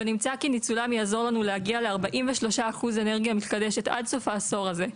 ונמצא כי ניצולם יעזור לנו להגיע ל-43% אנרגיה מתחדשת עד סוף העשור הזה,